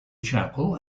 chapel